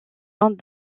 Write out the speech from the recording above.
uns